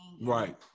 Right